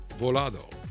Volado